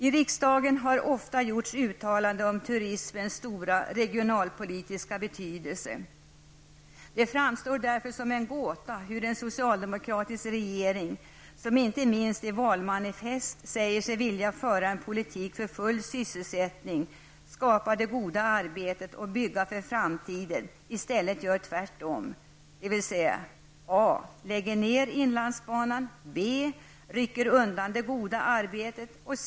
I riksdagen har det ofta gjorts uttalanden om turismens stora regionalpolitiska betydelse. Det är därför en gåta att en socialdemokratisk regering inte -- som man, och då inte minst i valmanifest, säger sig vilja göra -- för en politik som syftar till full sysselsättning, skapar det goda arbetet eller bygger för framtiden. I stället gör man tvärtom, dvs.: B. Man rycker undan förutsättningarna för det goda arbetet. C.